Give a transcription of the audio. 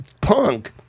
punk